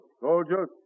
soldiers